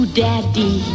daddy